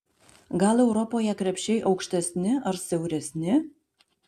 gal europoje krepšiai aukštesni ar siauresni